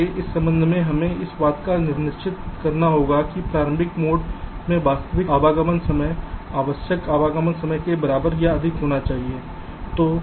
इसलिए इस संबंध में हमें इस बात पर निश्चित करना होगा कि प्रारंभिक मोड में वास्तविक आगमन समय आवश्यक आगमन समय के बराबर या अधिक होना चाहिए